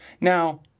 Now